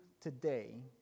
today